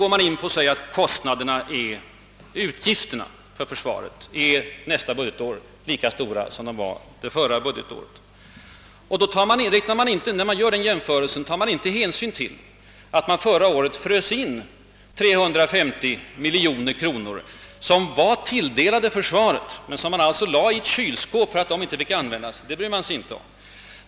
Statsministern vidhöll att utgifterna nästa budgetår för försvaret är lika stora som de var förra budgetåret. När han gör den jämförelsen tar han inte hänsyn till att man förra året frös in 350 miljoner kronor som var tilldelade försvaret, man lade dem i kylskåp för användning något kommande år. Det bryr man sig inte om.